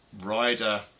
rider